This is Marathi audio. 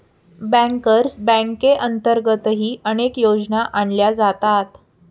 बँकर्स बँकेअंतर्गतही अनेक योजना आणल्या जातात